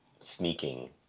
sneaking